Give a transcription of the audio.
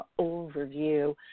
overview